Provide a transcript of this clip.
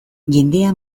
jendea